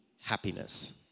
happiness